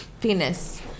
penis